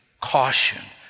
caution